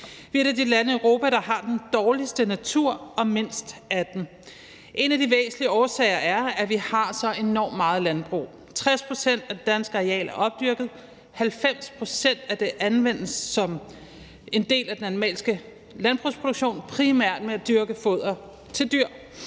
Vi er et af de lande i Europa, der har den dårligste natur og mindst af den. En af de væsentlige årsager er, at vi har så enormt meget landbrug. 60 pct. af det danske areal er opdyrket, og 90 pct. af det anvendes som en del af den animalske landbrugsproduktion primært til at dyrke foder til dyr.